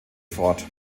fort